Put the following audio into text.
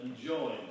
enjoy